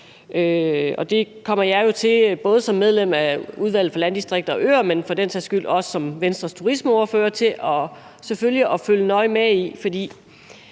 Det kommer jeg jo både som medlem af Udvalget for Landdistrikter og Øer og som Venstres turismeordfører selvfølgelig til at følge nøje med i.